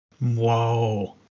Whoa